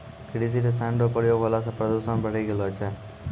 कृषि रसायन रो प्रयोग होला से प्रदूषण बढ़ी गेलो छै